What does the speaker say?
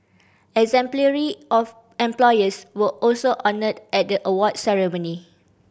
exemplary of employers were also honoured at the award ceremony